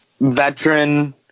veteran